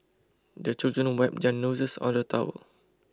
the children wipe their noses on the towel